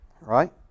Right